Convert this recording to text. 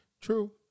True